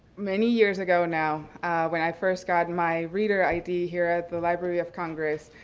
many years ago now when i first got my reader id here at the library of congress,